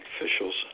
officials